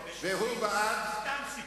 סתם סיפור.